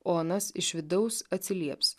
o anas iš vidaus atsilieps